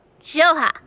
Joha